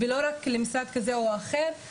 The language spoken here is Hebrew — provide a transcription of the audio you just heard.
ולא רק למשרד כזה או אחר.